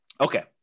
Okay